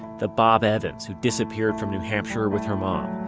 the bob evans who disappeared from new hampshire with her mom.